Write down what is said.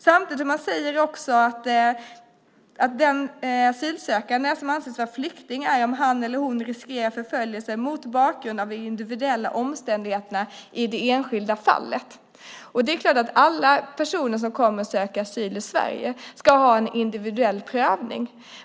Samtidigt säger han att den asylsökande anses vara flykting om han eller hon riskerar förföljelse mot bakgrund av de individuella omständigheterna i det enskilda fallet. Det är klart att alla personer som kommer och söker asyl i Sverige ska ha en individuell prövning.